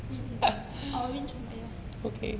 mm orange but ya